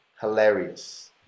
hilarious